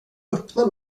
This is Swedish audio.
öppna